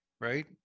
right